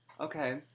Okay